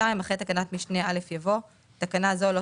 אחרי תקנת משנה (א) יבוא: "(ב) תקנה זו לא